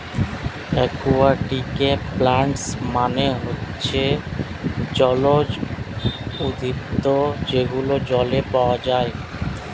একুয়াটিকে প্লান্টস মানে হচ্ছে জলজ উদ্ভিদ যেগুলো জলে পাওয়া যায়